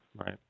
Right